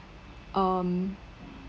um